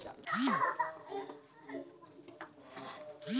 बीमा कंपनी हर फसल बीमा फारम में बीमा बर दूई गोट आप्सन देहे रहेल आप्सन आउट अउ आप्सन इन